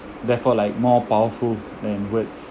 therefore like more powerful than words